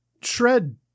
shred